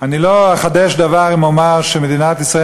אני לא אחדש דבר אם אומר שמדינת ישראל